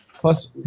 Plus